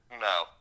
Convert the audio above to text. No